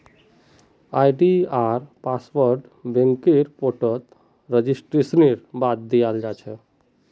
आई.डी.आर पासवर्डके बैंकेर पोर्टलत रेजिस्ट्रेशनेर बाद दयाल जा छेक